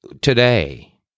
today